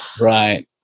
Right